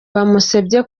bamusebye